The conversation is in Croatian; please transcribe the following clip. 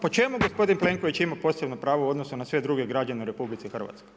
Po čemu gospodin Plenković ima posebno pravo u odnosu na sve druge građane u RH?